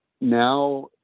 now